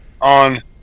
on